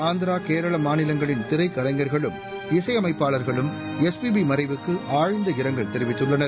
ஆந்திரா கேரளா மாநிலங்களின் திரைக்கலைஞர்களும் இசையமைப்பாளர்களும் எஸ்பிபி மறைவிற்கு ஆழ்ந்த இரங்கல் தெரிவித்துள்ளனர்